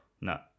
No